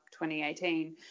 2018